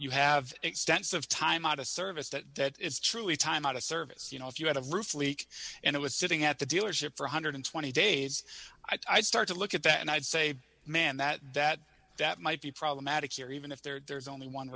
you have extensive time out of service that it's truly time out of service you know if you had a roof leak and it was sitting at the dealership for one hundred and twenty dollars days i start to look at that and i'd say man that that that might be problematic here even if there's only one